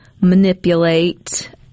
manipulate